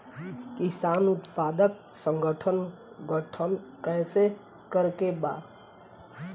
किसान उत्पादक संगठन गठन कैसे करके बा?